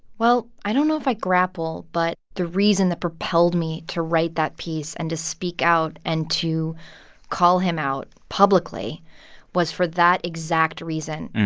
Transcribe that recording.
well, i don't know if i grapple, but the reason that propelled me to write that piece and to speak out and to call him out publicly was for that exact exact reason.